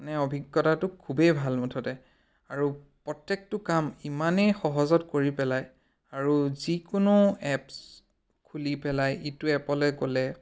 মানে অভিজ্ঞতাটো খুবেই ভাল মুঠতে আৰু প্ৰত্যেকটো কাম ইমানেই সহজত কৰি পেলায় আৰু যিকোনো এপছ্ খুলি পেলাই ইটো এপলৈ গ'লে